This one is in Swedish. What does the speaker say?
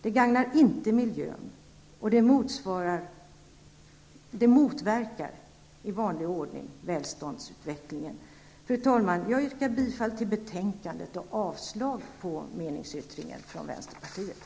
Den gagnar inte miljön, och den motverkar i vanlig ordning välståndsutvecklingen. Fru talman! Jag yrkar bifall till utskottets hemställan och avslag på vänsterpartiets meningsyttring.